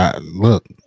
look